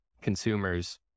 consumers